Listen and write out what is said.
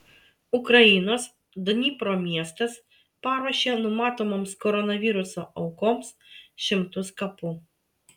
ukrainos dnipro miestas paruošė numatomoms koronaviruso aukoms šimtus kapų